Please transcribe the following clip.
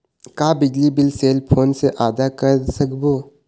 का बिजली bill cell phone से आदा कर सकबो?